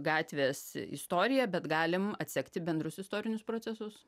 gatvės istoriją bet galim atsekti bendrus istorinius procesus